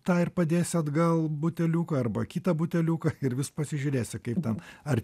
tą ir padėsi atgal buteliuką arba kitą buteliuką ir vis pasižiūrėsi kaip ten ar